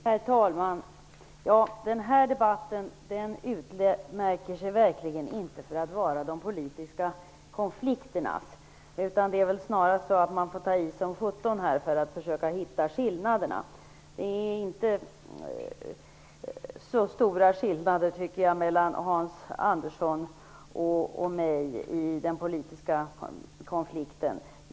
Herr talman! Den här debatten utmärker sig verkligen inte för att vara de politiska konflikternas debatt. Snarare får man ta i som sjutton för att försöka att hitta skillnaderna. Det är inte så stora politiska skillnader mellan Hans Andersson och mig i det här sammanhanget.